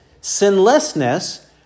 sinlessness